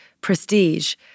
prestige